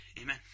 Amen